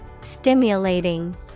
Stimulating